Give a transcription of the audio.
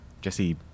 Jesse